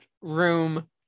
room